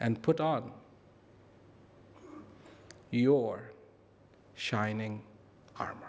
and put on your shining arm